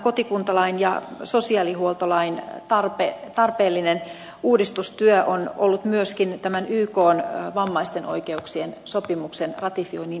kotikuntalain ja sosiaalihuoltolain tarpeellinen uudistustyö on ollut myöskin ykn vammaisten oikeuksien sopimuksen ratifioinnin edellytyksenä